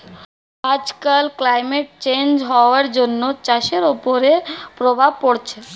আজকাল climate change হওয়ার জন্য চাষের ওপরে প্রভাব পড়ছে